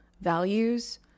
values